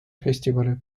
festivali